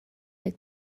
like